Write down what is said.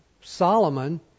Solomon